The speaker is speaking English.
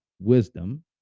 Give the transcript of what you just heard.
wisdom